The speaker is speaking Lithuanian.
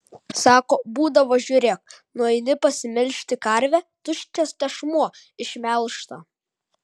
sako būdavo žiūrėk nueini pasimelžti karvę tuščias tešmuo išmelžta